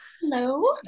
Hello